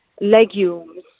legumes